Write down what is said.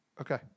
okay